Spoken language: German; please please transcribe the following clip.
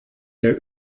der